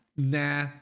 Nah